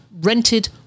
rented